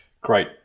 great